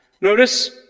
Notice